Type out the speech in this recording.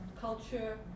culture